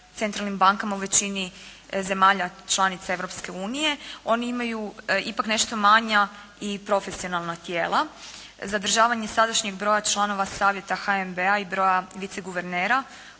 centralnim bankama u većini zemalja članica Europske unije, oni imaju ipak nešto manja i profesionalna tijela. Zadržavanje sadašnjih broja članova savjeta HNB-a i broja viceguvernera,